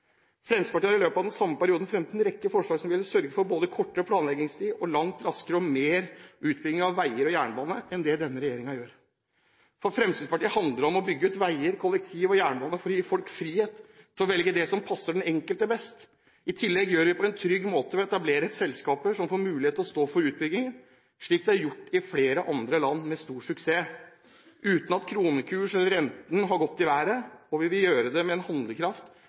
Fremskrittspartiet har i løpet av den samme perioden fremmet en rekke forslag som ville sørget for både kortere planleggingstid og langt raskere og større utbygging av veier og jernbane enn det denne regjeringen gjør. For Fremskrittspartiet handler det om å bygge ut veier, kollektivtrafikk og jernbane for å gi folk frihet til å velge det som passer den enkelte best. I tillegg gjør vi det på en trygg måte ved å etablere selskaper som får muligheten til å stå for utbyggingen, slik det er gjort i flere andre land med stor suksess, uten at kronekurs eller rente har gått i været, og vi vil gjøre det med en handlekraft